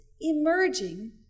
emerging